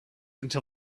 until